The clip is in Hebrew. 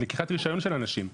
על לקיחת רישיון של אנשים.